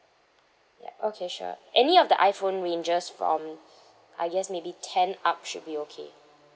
yup okay sure any of the iphone ranges from I guess maybe ten up should be okay